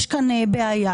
יש כאן בעיה.